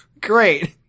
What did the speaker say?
Great